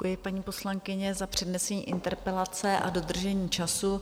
Děkuji, paní poslankyně, za přednesení interpelace a dodržení času.